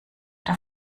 der